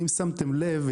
אם שמתם לב,